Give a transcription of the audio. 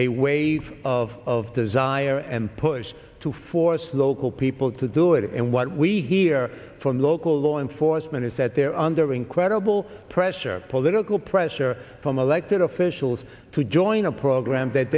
a wave of desire and push to force local people to do it and what we hear from local law enforcement is that they're under incredible pressure political pressure from elected officials to join a program that